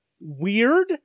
weird